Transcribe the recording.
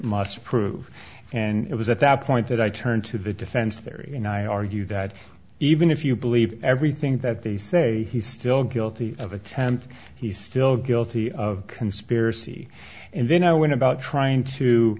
must prove and it was at that point that i turned to the defense very nigh argued that even if you believe everything that they say he still guilty of attempted he still guilty of conspiracy and then i went about trying to